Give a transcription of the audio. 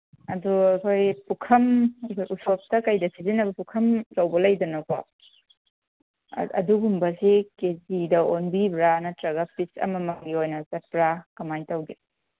ꯑꯗꯨ ꯑꯩꯈꯣꯏ ꯄꯨꯈꯝ ꯎꯁꯨꯞꯇ ꯀꯩꯗ ꯁꯤꯖꯤꯟꯅꯕ ꯄꯨꯈꯝ ꯑꯆꯧꯕ ꯂꯩꯗꯅꯀꯣ ꯑꯗꯨꯒꯨꯝꯕꯁꯤꯡꯁꯤ ꯀꯦ ꯖꯤꯗ ꯑꯣꯟꯕꯤꯕ꯭ꯔꯥ ꯅꯠꯇ꯭ꯔꯒ ꯄꯤꯁ ꯑꯃꯃꯝꯒꯤ ꯑꯣꯏꯅ ꯆꯠꯄ꯭ꯔꯥ ꯀꯃꯥꯏꯅ ꯇꯧꯒꯦ